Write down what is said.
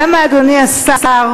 למה, אדוני השר,